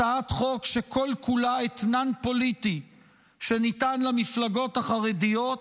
הצעת חוק שכל כולה אתנן פוליטי שניתן למפלגות החרדיות,